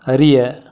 அறிய